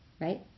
right